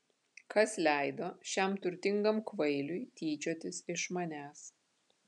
kas leido šiam turtingam kvailiui tyčiotis iš manęs